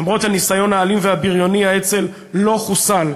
למרות הניסיון האלים והבריוני, האצ"ל לא חוסל,